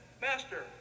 Master